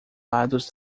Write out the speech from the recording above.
lados